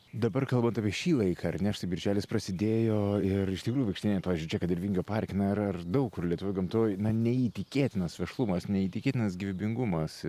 dabar kalbant apie šį laiką ar ne štai birželis prasidėjo ir iš tikrųjų vaikštinėjant pavyzdžiui čia kad ir vingio parke na ar ar daug kur lietuvoj gamtoj na neįtikėtinas vešlumas neįtikėtinas gyvybingumas